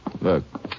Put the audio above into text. Look